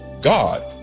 God